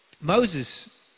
Moses